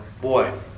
boy